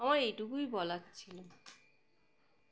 আমার এইটুকুই বলার ছিল